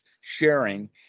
sharing